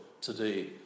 today